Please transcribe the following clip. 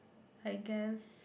I guess